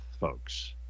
folks